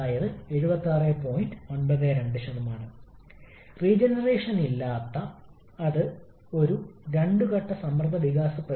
അതേസമയം വിപുലീകരണ പ്രക്രിയയിൽ നമ്മളുടെ പക്കലുള്ള വിപുലീകരണ പ്രക്രിയയും ഔട്ട്പുട്ടും അതിനാൽ ഇത് നിങ്ങളുടെ Wt ന് തുല്യമാണ്